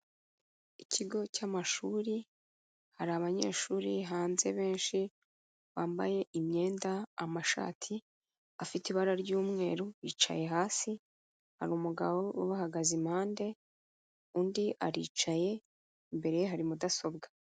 Ikigo cy'amashuri, hari abanyeshuri hanze benshi bambaye imyenda, amashati, afite ibara ry'umweru bicaye hasi, hari umugabo ubahagaze impande undi aricaye, imbere hari mudasobwa.